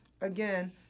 again